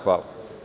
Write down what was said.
Hvala.